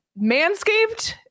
manscaped